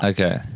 Okay